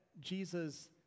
Jesus